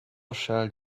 shall